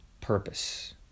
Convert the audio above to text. purpose